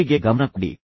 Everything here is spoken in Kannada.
ಕರೆಗೆ ಗಮನ ಕೊಡಿ